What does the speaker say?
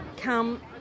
come